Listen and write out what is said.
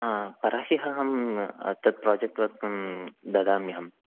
हा परह्यः अहम् अत्र प्राजेक्ट् वर्क ददाम्यहम्